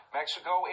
Mexico